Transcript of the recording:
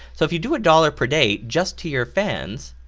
so if you do a dollar per day just to your fans,